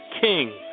king